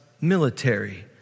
military